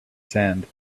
sand